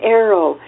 arrow